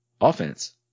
offense